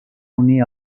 unir